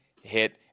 hit